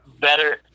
better